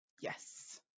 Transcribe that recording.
Yes